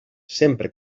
sempre